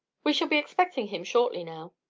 we shall be expecting him shortly now.